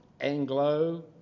Anglo